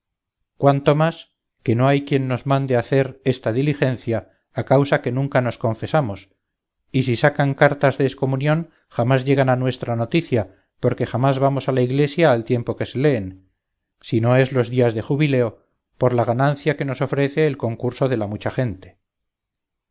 cuanto más que no hay quien nos mande hacer esta diligencia a causa que nunca nos confesamos y si sacan cartas de excomunión jamás llegan a nuestra noticia porque jamás vamos a la iglesia al tiempo que se leen si no es los días de jubileo por la ganancia que nos ofrece el concurso de la mucha gente